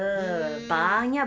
mm